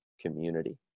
community